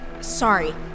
Sorry